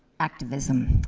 activeism.